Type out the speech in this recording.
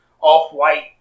Off-White